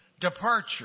departure